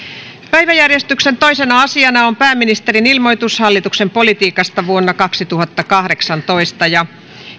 päiväjärjestyksen toisena asiana on pääministerin ilmoitus hallituksen politiikasta vuonna kaksituhattakahdeksantoista ja